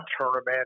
tournament